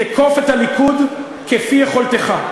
תקוף את הליכוד כפי יכולתך,